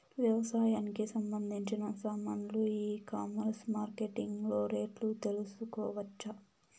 వ్యవసాయానికి సంబంధించిన సామాన్లు ఈ కామర్స్ మార్కెటింగ్ లో రేట్లు తెలుసుకోవచ్చా?